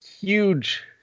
huge